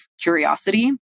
curiosity